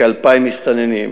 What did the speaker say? כ-2,000 מסתננים,